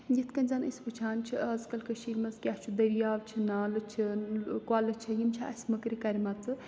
یِتھ کٔنۍ زَن أسۍ وٕچھان چھِ آزکَل کٔشیٖرِ منٛز کیٛاہ چھُ دٔریاو چھِ نالہٕ چھِ کۄلہٕ چھِ یِم چھِ اَسہِ مٔکرِ کَرۍمَژٕ